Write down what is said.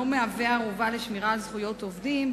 מהווה ערובה לשמירה על זכויות עובדים,